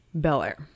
Belair